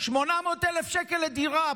800,000 שקל לדירה,